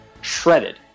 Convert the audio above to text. Shredded